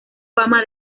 fama